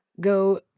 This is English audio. go